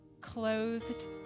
Clothed